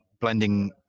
blending